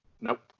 Nope